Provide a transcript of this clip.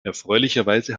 erfreulicherweise